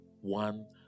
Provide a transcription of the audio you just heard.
one